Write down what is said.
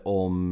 om